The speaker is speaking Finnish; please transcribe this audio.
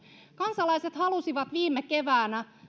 kansalaiset halusivat viime keväänä